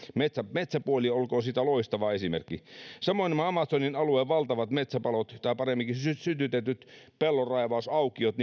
metsäpuoli olkoon siitä loistava esimerkki samoin nämä amazonin alueen valtavat metsäpalot tai paremminkin sytytetyt pellonraivausaukiot